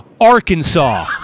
Arkansas